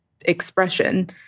expression